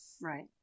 Right